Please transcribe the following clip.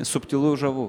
subtilu ir žavu